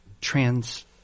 trans